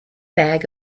bag